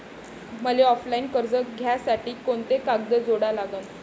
मले ऑफलाईन कर्ज घ्यासाठी कोंते कागद जोडा लागन?